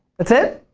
that's it?